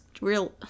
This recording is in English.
real